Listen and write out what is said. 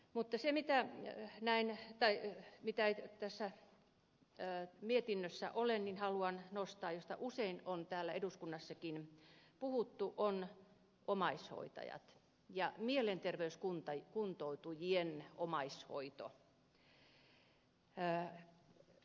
mutta se mitä ei tässä mietinnössä ole minkä haluan nostaa esille ja mistä usein on täällä eduskunnassakin puhuttu on omaishoitajat ja mielenterveyskuntoutujien omaishoito